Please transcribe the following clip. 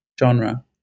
genre